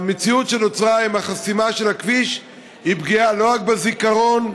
המציאות שנוצרה בחסימה של הכביש היא פגיעה לא רק בזיכרון,